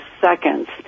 seconds